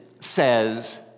says